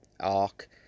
arc